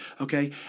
okay